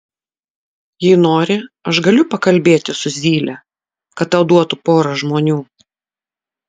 jei nori aš galiu pakalbėti su zyle kad tau duotų porą žmonių